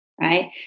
right